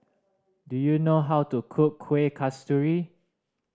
do you know how to cook Kuih Kasturi